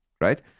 right